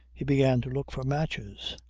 he began to look for matches,